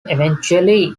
eventually